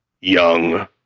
Young